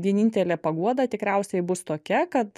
vienintelė paguoda tikriausiai bus tokia kad